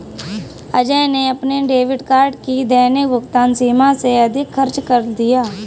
अजय ने अपने debit card की दैनिक भुगतान सीमा से अधिक खर्च कर दिया